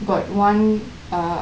got one ah